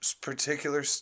particular